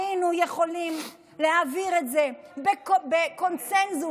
היינו יכולים להעביר את זה בקונסנזוס,